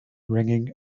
ringing